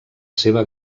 seva